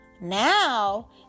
now